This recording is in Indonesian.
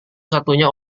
satunya